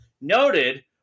noted